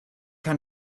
kind